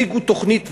הציגו תוכנית,